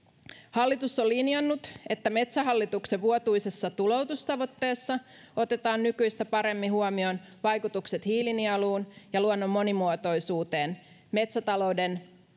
hallitus on linjannut että metsähallituksen vuotuisessa tuloutustavoitteessa otetaan nykyistä paremmin huomioon vaikutukset hiilinieluun ja luonnon monimuotoisuuteen metsätalouden